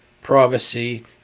privacy